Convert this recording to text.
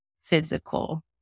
physical